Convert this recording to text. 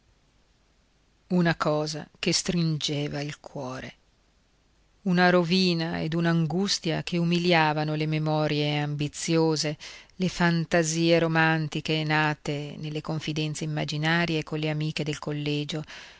una cosa che stringeva il cuore una rovina ed un'angustia che umiliavano le memorie ambiziose le fantasie romantiche nate nelle confidenze immaginarie colle amiche del collegio